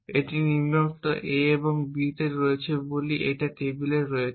এটি নিম্নোক্ত A হল B তে রয়েছে বলি এটি টেবিলে রয়েছে